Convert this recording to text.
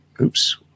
oops